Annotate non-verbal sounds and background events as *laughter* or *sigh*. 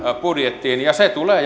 budjettiin ja se tulee *unintelligible*